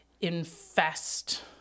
infest